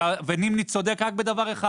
ונימני צודק רק בדבר אחד